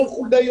רון חולדאי,